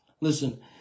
Listen